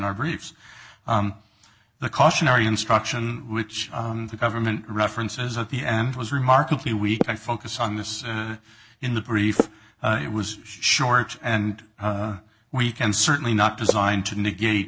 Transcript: our briefs the cautionary instruction which the government references at the end was remarkably we focus on this in the brief it was short and we can certainly not designed to negate